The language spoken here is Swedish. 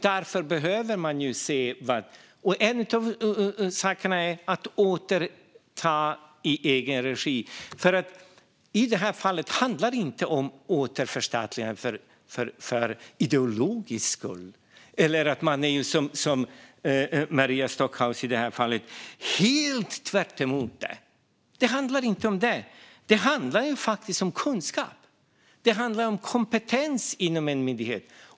Därför behöver regeringen se vad som kan göras. En sak är att återta i egen regi. I det här fallet handlar det inte om återförstatligande av ideologiska skäl eller att man, som i Maria Stockhaus fall, är helt emot det. Det handlar inte om det. Det handlar faktiskt om kunskap. Det handlar om kompetens inom en myndighet.